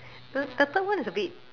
the the third one is a bit